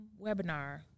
webinar